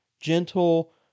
gentle